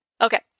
Okay